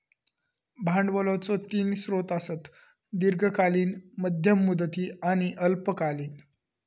भांडवलाचो तीन स्रोत आसत, दीर्घकालीन, मध्यम मुदती आणि अल्पकालीन